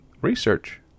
research